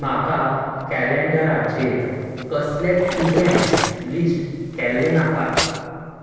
म्हाका कॅलेंडराचेर कसलेच इवँट्स लिस्ट केल्ले नाकात